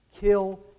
kill